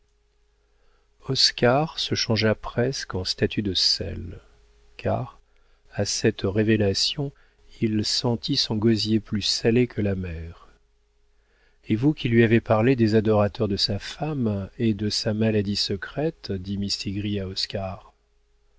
oscar se changea presque en statue de sel car à cette révélation il sentit son gosier plus salé que la mer et vous qui lui avez parlé des adorateurs de sa femme et de sa maladie secrète dit